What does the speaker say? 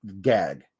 gag